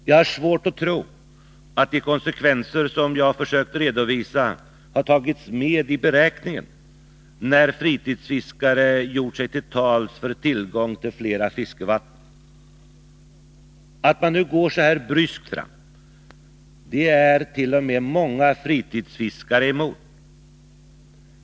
Jag har svårt att tro att de konsekvenser som jag har försökt redovisa har tagits med i beräkningen, när fritidsfiskare uttalat sig för tillgång till flera fiskevatten. Att man nu går så här bryskt fram — det är t.o.m. många fritidsfiskare emot.